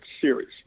series